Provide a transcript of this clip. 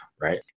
right